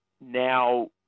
Now